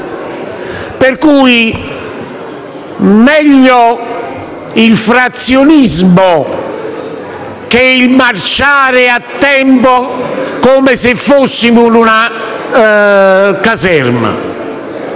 Per cui meglio il frazionismo che il marciare a tempo come se fossimo in una caserma.